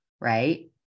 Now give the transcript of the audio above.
right